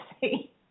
see